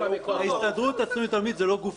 וההסתדרות הציונות העולמית זה לא גוף פרטי.